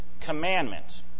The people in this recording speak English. commandment